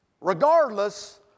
Regardless